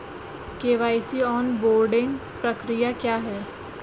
KYC onboarding प्रक्रिया क्या है?